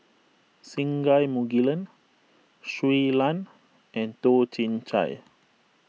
Singai Mukilan Shui Lan and Toh Chin Chye